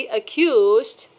accused